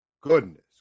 goodness